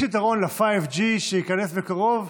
יש יתרון ל- 5G שייכנס בקרוב.